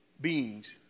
beings